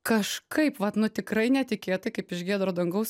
kažkaip vat nu tikrai netikėtai kaip iš giedro dangaus